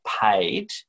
paid